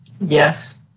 Yes